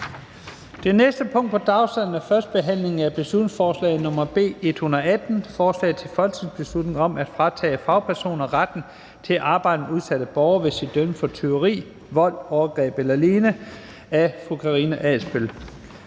Det næste punkt på dagsordenen er: 4) 1. behandling af beslutningsforslag nr. B 118: Forslag til folketingsbeslutning om at fratage fagpersoner retten til at arbejde med udsatte borgere, hvis de dømmes for tyveri, vold, overgreb el.lign. Af Karina Adsbøl